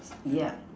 yeah